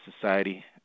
society